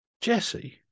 Jesse